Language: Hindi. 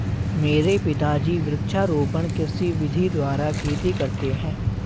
मेरे पिताजी वृक्षारोपण कृषि विधि द्वारा खेती करते हैं